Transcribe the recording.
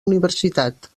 universitat